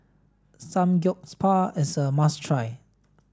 Samgyeopsal is a must try